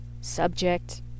subject